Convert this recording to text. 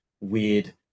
weird